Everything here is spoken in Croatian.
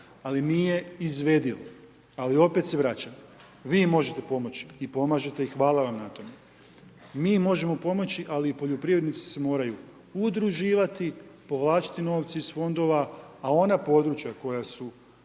ali nije izvedivo. Ali, opet se vraćam, vi možete pomoći i pomažete i hvala vam na tome. Mi možemo pomoći, ali poljoprivrednici se moraju udruživati, povlačiti novce iz fondova, a ona područja, koja su